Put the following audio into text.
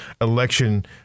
election